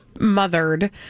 mothered